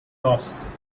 loss